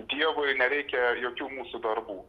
dievui nereikėjo jokių mūsų darbų